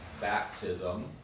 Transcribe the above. baptism